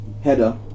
Header